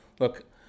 Look